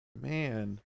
Man